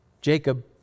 Jacob